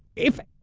if,